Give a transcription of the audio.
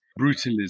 Brutalism